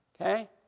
Okay